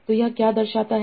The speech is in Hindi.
तो यह क्या दर्शाता है